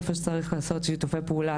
איפה שצריך לעשות שיתופי פעולה,